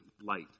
light